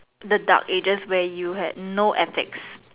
the dark ages where you had no attics